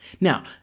Now